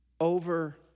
over